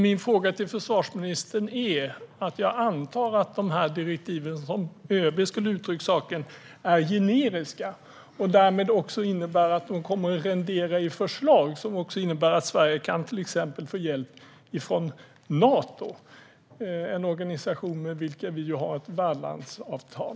Min fråga till försvarsministern handlar om att jag antar att dessa direktiv, som ÖB skulle ha uttryckt saken, är generiska och därmed kommer att rendera i förslag som också innebär att Sverige till exempel kan få hjälp från Nato, en organisation med vilken vi ju har ett värdlandsavtal.